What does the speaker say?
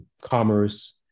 commerce